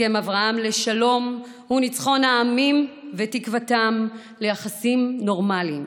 הסכם אברהם לשלום הוא ניצחון העמים ותקוותם ליחסים נורמליים.